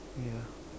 ya